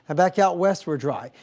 back out west we're dry.